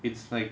it's like